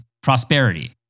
prosperity